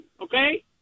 okay